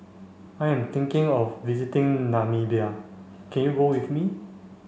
I am thinking of visiting Namibia can you go with me